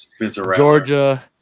Georgia